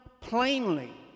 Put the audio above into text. plainly